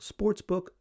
sportsbook